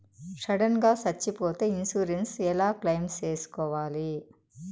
Sudden గా సచ్చిపోతే insurance ఎలా క్లెయిమ్ సేసుకోవాలి?